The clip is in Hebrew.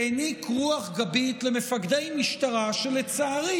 והעניק רוח גבית למפקדי משטרה שלצערי